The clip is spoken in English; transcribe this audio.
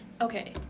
Okay